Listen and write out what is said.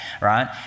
right